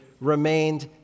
remained